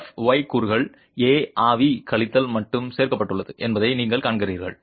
f y கூறுக்குள் A rv கழித்தல் மட்டுமே சேர்க்கப்பட்டுள்ளது என்பதை நீங்கள் காண்கிறீர்கள்